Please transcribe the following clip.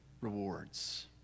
rewards